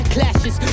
Clashes